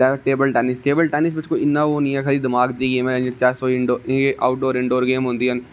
table tennis table tennis बिच इन्ना ओह् नेई है कि दमाग दी गेम ऐ जियां चेस होई गेई indoor game outdoor indoor game होंदी ऐ ना